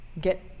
get